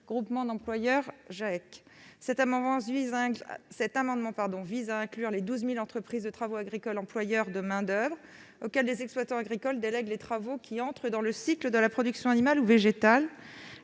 en commun. Cet amendement vise à inclure les 12 000 entreprises de travaux agricoles employeurs de main-d'oeuvre auxquelles les exploitants agricoles délèguent des travaux entrant dans le cycle de la production animale ou végétale,